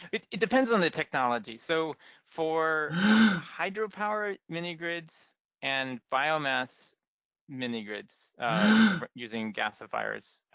it it depends on the technology. so for hydropower mini-grids and biomass mini-grids using gasifiers,